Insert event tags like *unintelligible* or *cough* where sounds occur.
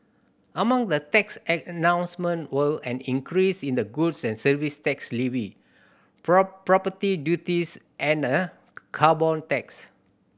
among the tax *unintelligible* announcement were an increase in the goods and Service Tax levy *unintelligible* property duties and a carbon tax